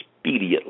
speedily